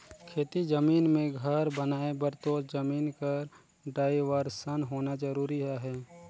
खेती जमीन मे घर बनाए बर तोर जमीन कर डाइवरसन होना जरूरी अहे